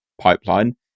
pipeline